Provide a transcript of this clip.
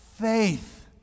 faith